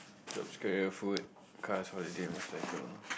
food cause holiday was like a